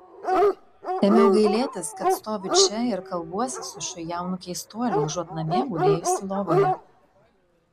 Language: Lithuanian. ėmiau gailėtis kad stoviu čia ir kalbuosi su šiuo jaunu keistuoliu užuot namie gulėjusi lovoje